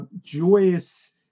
joyous